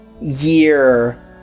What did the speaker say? year